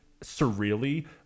surreally